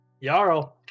Yarrow